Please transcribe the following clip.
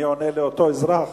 אני עונה לאותו אזרח